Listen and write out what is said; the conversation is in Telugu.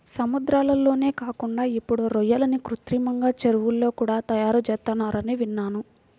సముద్రాల్లోనే కాకుండా ఇప్పుడు రొయ్యలను కృత్రిమంగా చెరువుల్లో కూడా తయారుచేత్తన్నారని విన్నాను